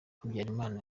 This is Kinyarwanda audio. habyarimana